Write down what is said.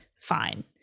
Fine